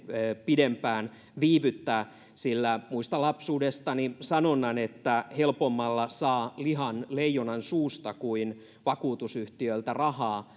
pidempään viivyttää sillä muistan lapsuudestani sanonnan että helpommalla saa lihan leijonan suusta kuin vakuutusyhtiöltä rahaa